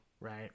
Right